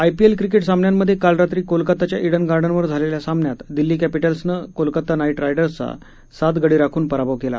IPL cricket सामन्यांमध्ये काल रात्री कोलकाताच्या ईडन गार्डनवर झालेल्या सामन्यात दिल्ली क्रिटल्सनं कोलकाता नाईट रायडर्सचा सात गडी राखून पराभव केला